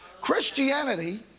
Christianity